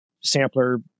sampler